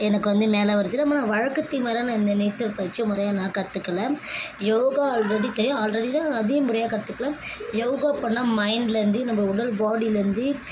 எனக்கு வந்து மேலே வர தெரியும் நான் வழக்கத்துக்கு மாறாக நான் இந்த நீச்சல் பயிற்சியை முறையாக நான் கற்றுக்கல யோகா ஆல்ரெடி தெரியும் ஆல்ரெடின்னா அதையும் முறையாக கற்றுக்கல யோகா பண்ணால் மைண்ட்லேருந்து நம்ப உடல் பாடிலருந்து